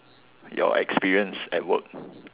your experience at work